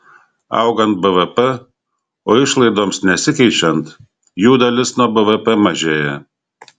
augant bvp o išlaidoms nesikeičiant jų dalis nuo bvp mažėja